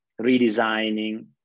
redesigning